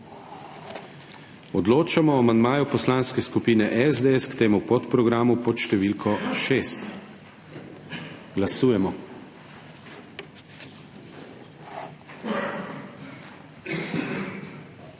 Odločamo o amandmaju Poslanske skupine SDS k temu podprogramu pod številko 1. Glasujemo.